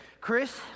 Chris